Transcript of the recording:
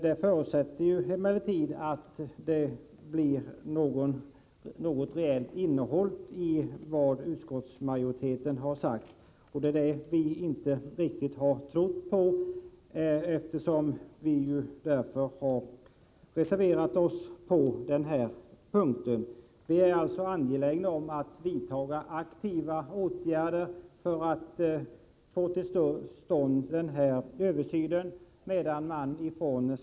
Det måste emellertid bli ett reellt innehåll av det som utskottsmajoriteten har uttalat. Det har vi inte riktigt trott på, varför vi har reserverat oss på den här punkten. Vi är alltså angelägna om att det vidtas aktiva åtgärder för att få till stånd en översyn.